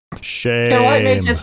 shame